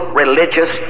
religious